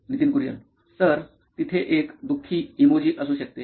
Nitin Kurian COO nine electronics तर तिथे एक दु खी इमोजी असू शकते